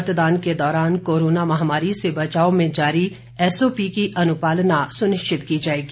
मतदान के दौरान कोरोना महामारी से बचाव में जारी एसओपी की अनुपालना सुनिश्चित की जाएगी